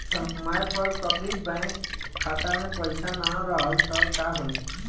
समय पर कभी बैंक खाता मे पईसा ना रहल त का होई?